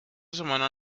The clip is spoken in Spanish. semana